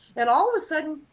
and all of sudden,